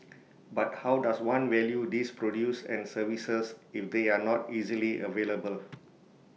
but how does one value these produce and services if they are not easily available